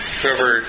whoever